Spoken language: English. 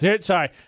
sorry